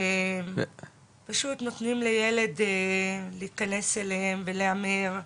שפשוט נותנים לילד להיכנס אליהם ולהמר.